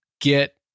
get